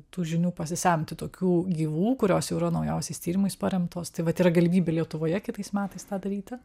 tų žinių pasisemti tokių gyvų kurios jau yra naujausiais tyrimais paremtos tai vat yra galimybė lietuvoje kitais metais tą daryti